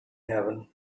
heaven